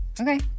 Okay